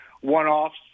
one-offs